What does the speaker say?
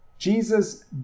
Jesus